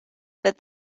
that